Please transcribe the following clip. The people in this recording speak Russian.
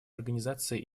организации